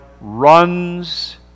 runs